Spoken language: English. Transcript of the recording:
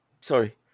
Sorry